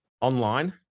online